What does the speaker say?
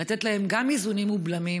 לתת להם גם איזונים ובלמים,